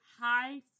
high